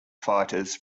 fighters